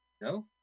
No